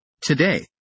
Today